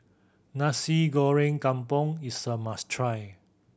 Nasi Goreng Kampung is a must try